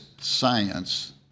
science